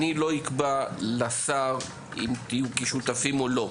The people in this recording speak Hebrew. אני לא אקבע לשר אם תהיו כשותפים או לא,